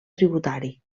tributari